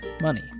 money